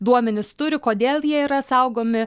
duomenis turi kodėl jie yra saugomi